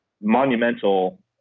monumental